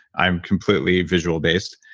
i'm completely visual based.